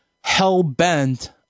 hell-bent